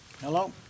Hello